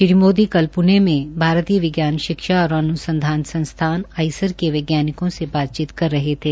श्री मोदी कल पूणे में भारतीय विज्ञान शिक्षा और अन्संधान संस्थान आईआईएसईआर के वैज्ञानिकों से बातचीत कर रहे थे